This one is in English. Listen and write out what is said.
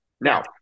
Now